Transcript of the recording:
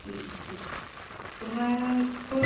ठीक है ठीक है तो मैं तो